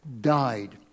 died